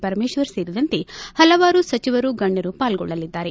ಪರಮೇಶ್ವರ್ ಸೇರಿದಂತೆ ಪಲವಾರು ಸಚಿವರು ಗಣ್ಯರು ಪಾಲ್ಗೊಳ್ಳಲಿದ್ದಾರೆ